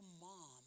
mom